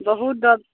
बहुत डर